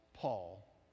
Paul